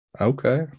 Okay